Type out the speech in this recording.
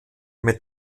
mit